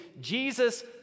Jesus